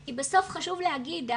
כי בסוף חשוב להגיד,